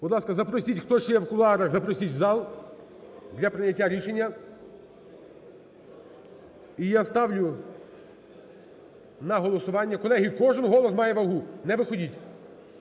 Будь ласка, запросіть, хто ще в кулуарах, запросіть в зал для прийняття рішення. І я ставлю на голосування. Колеги, кожен голос має вагу, не виходіть.